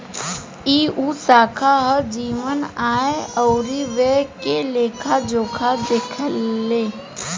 ई उ शाखा ह जवन आय अउरी व्यय के लेखा जोखा देखेला